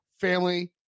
family